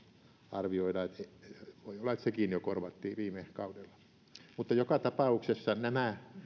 arvioida että voi olla että sekin korvattiin jo viime kaudella joka tapauksessa nämä